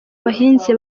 bahinzi